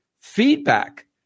feedback